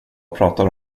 pratar